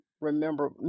remember